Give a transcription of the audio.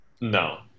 No